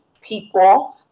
people